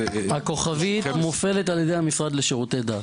הכוכבית מופעלת על ידי המשרד לשירותי דת.